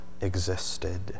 Existed